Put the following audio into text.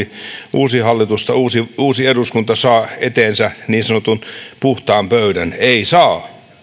uusi hallitus tai uusi eduskunta saa eteensä niin sanotun puhtaan pöydän ei saa